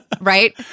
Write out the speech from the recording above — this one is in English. Right